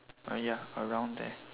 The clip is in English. oh ya around there